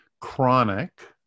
chronic